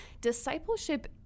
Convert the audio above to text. discipleship